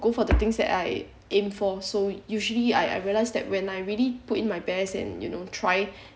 go for the things that I aim for so usually I I realise that when I really put in my best and you know try